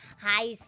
Hi